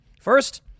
First